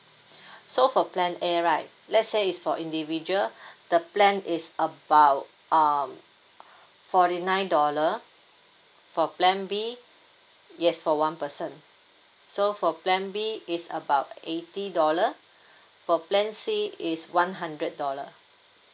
so for plan A right let's say is for individual the plan is about um forty nine dollar for plan B yes for one person so for plan B is about eighty dollars for plan C is one hundred dollar